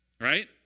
Right